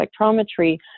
spectrometry